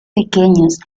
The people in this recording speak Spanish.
pequeños